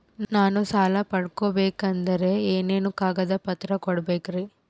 ನಾನು ಸಾಲ ಪಡಕೋಬೇಕಂದರೆ ಏನೇನು ಕಾಗದ ಪತ್ರ ಕೋಡಬೇಕ್ರಿ?